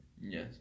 Yes